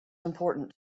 important